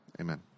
Amen